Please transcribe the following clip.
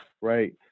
Right